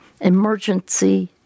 emergency